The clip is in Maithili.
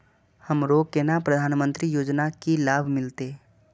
हमरो केना प्रधानमंत्री योजना की लाभ मिलते?